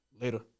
later